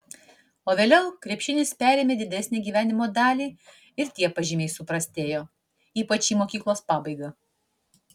o vėliau krepšinis perėmė didesnę gyvenimo dalį ir tie pažymiai suprastėjo ypač į mokyklos pabaigą